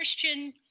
Christian